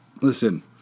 Listen